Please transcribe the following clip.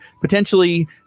potentially